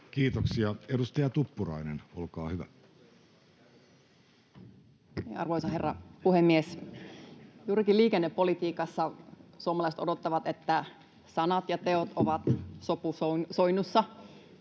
Honkasalo vas) Time: 16:23 Content: Arvoisa herra puhemies! Juurikin liikennepolitiikassa suomalaiset odottavat, että sanat ja teot ovat sopusoinnussa.